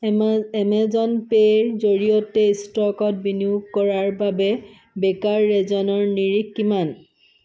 এমা Amazon পে'ৰ জৰিয়তে ষ্টকত বিনিয়োগ কৰাৰ বাবে ব্ৰেকাৰ ৰেজনৰ নিৰিখ কিমান